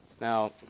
Now